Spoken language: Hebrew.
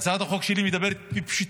הצעת החוק שלי מדברת בפשטות,